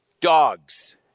Dogs